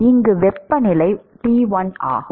இங்கு வெப்பநிலை T1 ஆகும்